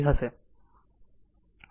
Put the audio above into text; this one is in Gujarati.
હવે શું કરશે